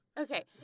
Okay